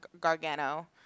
Gargano